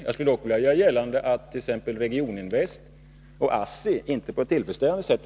Jag vill dock göra gällande att t.ex. Regioninvest och ASSI inte har bidragit här på ett tillfredsställande sätt.